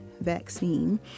vaccine